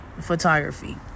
photography